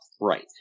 right